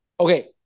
Okay